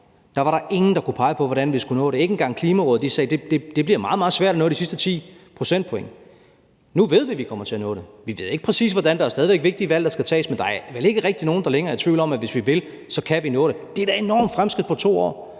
var der ingen, der kunne pege på, hvordan vi skulle nå det – ikke engang Klimarådet, som sagde, at det bliver meget, meget svært at nå de sidste 10 procentpoint. Nu ved vi, at vi kommer til at nå det. Vi ved ikke præcis hvordan – der er stadig væk vigtige valg, der skal tages – men der er vel ikke rigtig nogen, der længere er i tvivl om, at hvis vi vil, så kan vi nå det. Det er da et enormt fremskridt på 2 år.